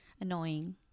annoying